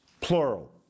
plural